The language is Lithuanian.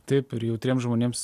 taip ir jautriems žmonėms